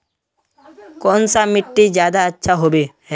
कौन सा मिट्टी ज्यादा अच्छा होबे है?